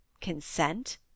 Consent